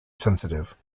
sensitive